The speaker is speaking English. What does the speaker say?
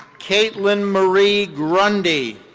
kaitlin marie grundy.